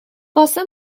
واسه